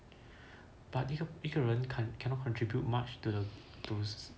but the 一个人 cannot contribute much to the